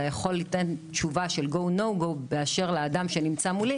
אלא יכול לתת תשובה של Go No go באשר לאדם שנמצא מולי